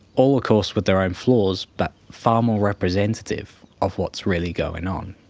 all of course with their own flaws, but far more representative of what's really going on.